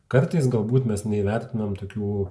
kartais galbūt mes neįvertinom tokių